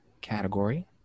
category